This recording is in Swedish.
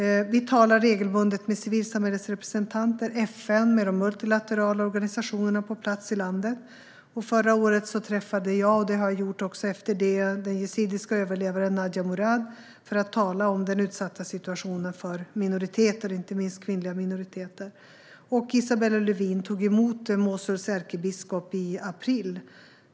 Vi talar regelbundet med civilsamhällets representanter, FN och de multilaterala organisationer som är på plats i landet. Förra året träffade jag - och det har jag gjort också efter det - den yazidiska överlevaren Nadia Mourad för att tala om den utsatta situationen för minoriteter, inte minst kvinnor från minoriteterna. Isabella Lövin tog också emot Mosuls ärkebiskop i april.